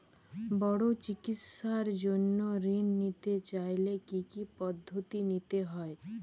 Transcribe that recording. বড় চিকিৎসার জন্য ঋণ নিতে চাইলে কী কী পদ্ধতি নিতে হয়?